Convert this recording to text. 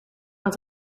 het